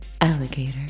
alligator